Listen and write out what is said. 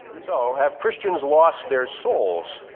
so have christians lost their souls?